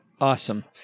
Awesome